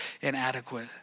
inadequate